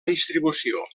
distribució